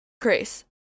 Grace